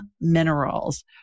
Minerals